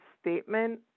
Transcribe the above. statement